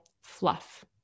fluff